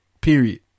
period